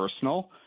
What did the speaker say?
personal